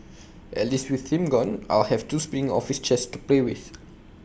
at least with him gone I'll have two spinning office chairs to play with